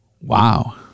Wow